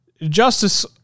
Justice